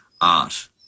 art